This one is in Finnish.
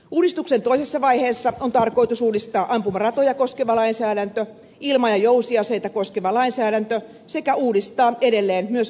uudistuksen toisessa vaiheessa on tarkoitus uudistaa ampumaratoja koskeva lainsäädäntö ilma ja jousiaseita koskeva lainsäädäntö sekä uudistaa edelleen myös ampuma aselakia